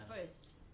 first